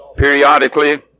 Periodically